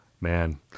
Man